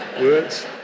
words